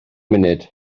munud